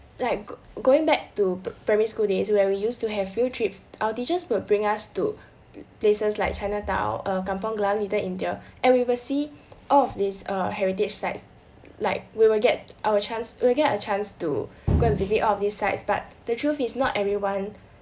like g~ going back to primary school days where we used to have field trips our teachers will bring us to places like chinatown or kampong glam little india and we will see all of these uh heritage sites like we will get our chance we'll get our chance to go and visit all of these sites but the truth is not everyone